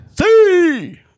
See